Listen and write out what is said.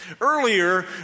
Earlier